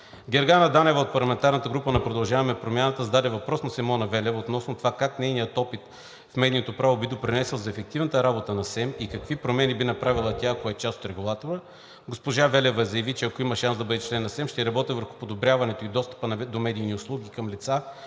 Гергана Данева от парламентарната група на „Продължаваме промяната“ зададе въпрос на Симона Велева относно това как нейният опит в медийното право би допринесъл за ефективната работа на СЕМ и какви промени би направила тя, ако е част от регулатора. Госпожа Велева заяви, че ако има шанс да бъде член на СЕМ, ще работи върху подобряването на достъпа до медийни услуги към лица